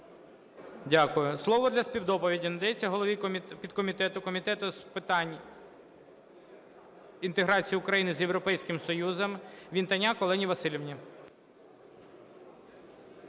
Дякую. Слово для співдоповіді надається голові підкомітету Комітету з питань інтеграції України з Європейським Союзом Вінтоняк Олені Василівні.